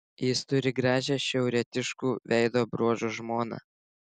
jis turi gražią šiaurietiškų veido bruožų žmoną